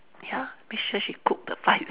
ya make sure she cook the five star